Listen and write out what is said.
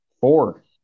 Four